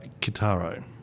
Kitaro